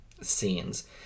scenes